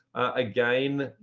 again,